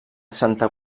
santa